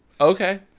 okay